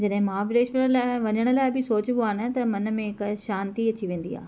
जॾहिं महाबलेश्वर लाइ वञण लाइ बि सोचिबो आहे न त मन में हिकु शांती अची वेंदी आहे